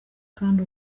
kandi